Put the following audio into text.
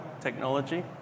technology